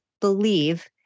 believe